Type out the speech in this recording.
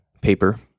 paper